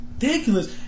ridiculous